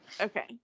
Okay